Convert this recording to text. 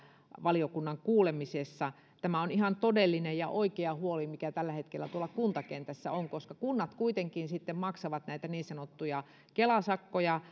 valiokunnan kuulemisessa tämä on ihan todellinen ja oikea huoli mikä tällä hetkellä tuolla kuntakentässä on koska kunnat kuitenkin sitten maksavat näitä niin sanottuja kela sakkoja